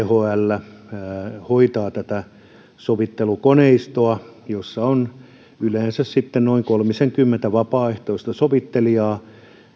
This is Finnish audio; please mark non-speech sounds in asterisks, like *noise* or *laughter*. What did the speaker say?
*unintelligible* thl hoitaa tätä sovittelukoneistoa jossa on yleensä sitten noin kolmisenkymmentä vapaaehtoista sovittelijaa